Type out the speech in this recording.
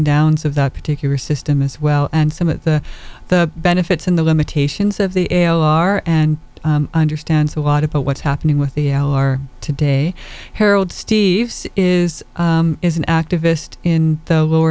downs of that particular system as well and some of the the benefits and the limitations of the car and understands a lot about what's happening with the l r today harold steve's is is an activist in the lower